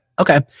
Okay